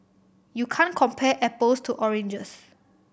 you can't compare apples to oranges